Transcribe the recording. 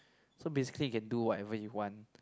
so basically you can do whatever you want